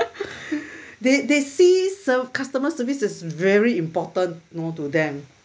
they they see serv~ customer service is very important know to them